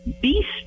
Beast